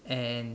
and